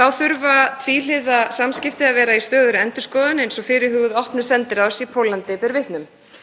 Þá þurfa tvíhliða samskipti að vera í stöðugri endurskoðun eins og fyrirhuguð opnun sendiráðs í Póllandi ber vitni um.